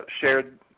shared